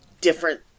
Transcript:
different